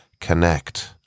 connect